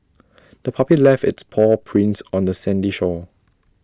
the puppy left its paw prints on the sandy shore